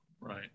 Right